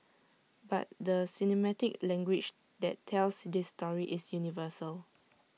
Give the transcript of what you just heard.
but the cinematic language that tells this story is universal